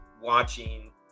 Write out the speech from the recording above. watching